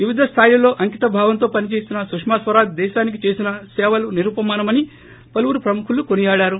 వివిధ స్లయిలలో అంకిత భావంతో పనిచేసిన సుష్మా స్వరాజ్ దేశానికే సేవలు నిరుపమానమని పలువురు ప్రముఖులు కొనియాడారు